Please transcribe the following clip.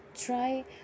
try